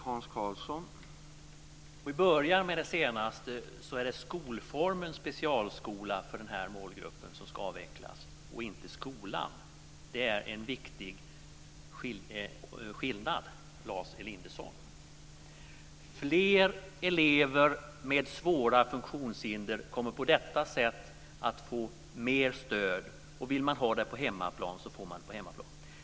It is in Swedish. Herr talman! Om vi börjar med det senaste så är det skolformen specialskola för den här målgruppen som ska avvecklas och inte själva skolan. Det är en viktig skillnad, Lars Elinderson. Fler elever med svåra funktionshinder kommer på detta sätt att få mer stöd. Och vill man få det på hemmaplan får man det på hemmaplan.